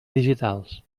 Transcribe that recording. digitals